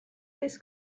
this